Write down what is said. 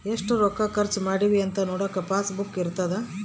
ಎಷ್ಟ ರೊಕ್ಕ ಖರ್ಚ ಮಾಡಿವಿ ಅಂತ ನೋಡಕ ಪಾಸ್ ಬುಕ್ ಇರ್ತದ